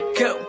go